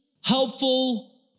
helpful